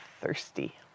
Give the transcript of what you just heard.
thirsty